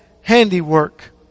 handiwork